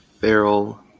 feral